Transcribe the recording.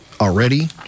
already